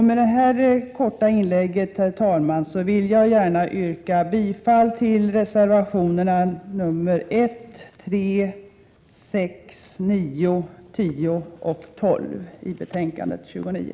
Med det här korta inlägget, herr talman, vill jag yrka bifall till reservationerna 1, 3, 6, 9, 10 och 12 i betänkande nr 29.